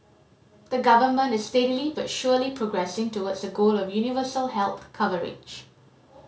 the government is steadily but surely progressing towards a goal of universal health coverage